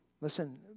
Listen